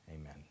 Amen